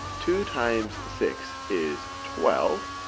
two times six is twelve.